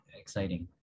exciting